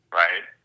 right